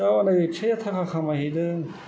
दा हनै फिसाया टाका खामायहैदों